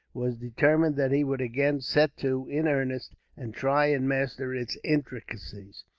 was determined that he would again set to, in earnest, and try and master its intricacies.